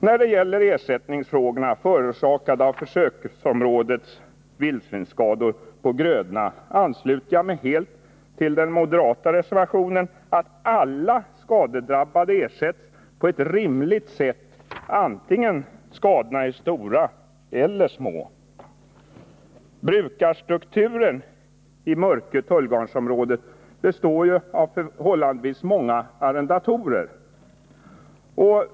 När det gäller ersättningsfrågorna med anledning av försöksområdets vildsvinsskador på grödorna ansluter jag mig helt till den moderata reservationen — att alla skadedrabbade ersätts på ett rimligt sätt, vare sig skadorna är stora eller små. Brukarstrukturen i Mörkö-Tullgarnsområdet består av förhållandevis många arrendatorer.